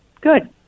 good